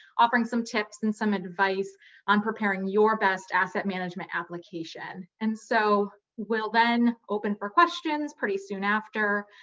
offering some tips and some advice on preparing your best asset management application. and so we'll then open for questions pretty soon after.